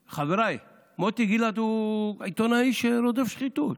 חבריי, מוטי גילת הוא העיתונאי שרודף שחיתות.